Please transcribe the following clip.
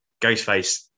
Ghostface